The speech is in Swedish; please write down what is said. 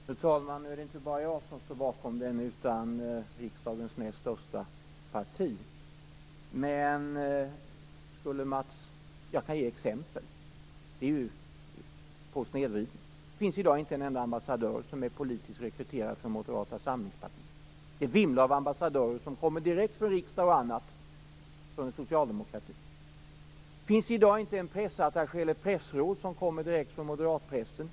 Fru talman! Det är inte bara jag som står bakom reservationen, utan det gör riksdagens näst största parti. Jag kan ge exempel på snedvridning. I dag finns det inte en enda ambassadör som är politiskt rekryterad från Moderata samlingspartiet. I stället vimlar det av socialdemokratiska ambassadörer som kommer direkt från exempelvis riksdagen. I dag finns det inte någon pressattaché eller något pressråd som kommer direkt från moderatpressen.